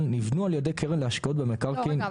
נתתם את זה ב-2016, ריבונו של עולם; לא עכשיו.